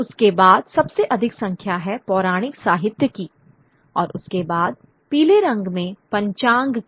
उसके बाद सबसे अधिक संख्या है पौरणिक साहित्य की और उसके बाद पीले रंग में पंचांग की